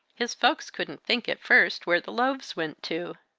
his folks couldn't think, at first, where the loaves went to.